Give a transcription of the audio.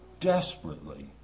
desperately